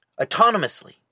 autonomously